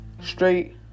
Straight